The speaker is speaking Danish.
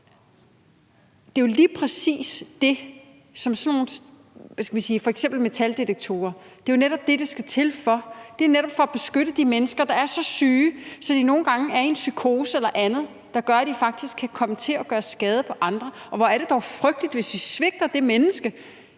Det er jo lige præcis det, som f.eks. metaldetektorer skal bruges til, netop at beskytte de mennesker, der er så syge, at de nogle gange er i en psykose eller andet, der gør, at de faktisk kan komme til at gøre skade på andre. Og hvor er det dog frygteligt, hvis vi svigter det menneske, som